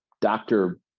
doctor